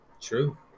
True